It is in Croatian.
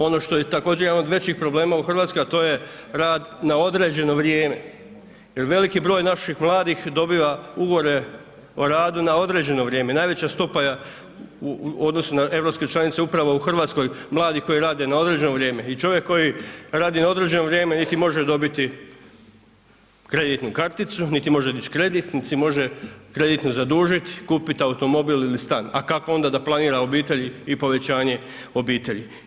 Ono što je također jedan od većih problema u RH, a to je rad na određeno vrijeme jer veliki broj naših mladih dobiva Ugovore o radu na određeno vrijeme, najveća stopa je u odnosu na europske članice upravo u RH, mladi koji rade na određeno vrijeme i čovjek koji radi na određeno vrijeme niti može dobiti kreditnu karticu, niti može dić kredit, nit se može kreditno zadužit i kupit automobil ili stan, a kako onda da planira obitelj i povećanje obitelji?